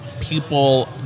people